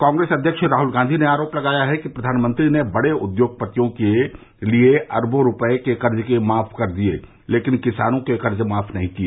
कांग्रेस अव्यक्ष राहुल गांधी ने आरोप लगाया है कि फ्र्वानमंत्री ने बड़े उद्योगपतियों के अरबों रुपयों के कर्ज तो माफ कर दिए लेकिन किसानों के कर्ज नहीं माफ किए